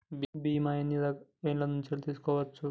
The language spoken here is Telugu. బీమా ఎన్ని ఏండ్ల నుండి తీసుకోవచ్చు?